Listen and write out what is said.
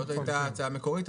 זאת הייתה ההצעה המקורית,